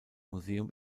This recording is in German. museum